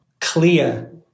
clear